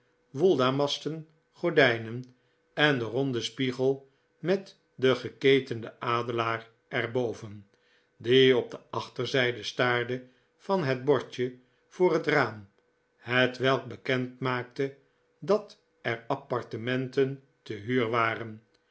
woldamasten gordijnen en den ronden spiegel met den geketenden adelaar er boven die op de achterzijde staarde van het bordje voor het raam hetwelk bekend maakte dat er appartementen te huur waren